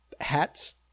hats